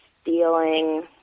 stealing